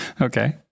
Okay